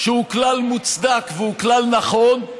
שהוא כלל מוצדק והוא כלל נכון,